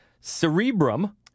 Cerebrum